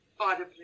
audibly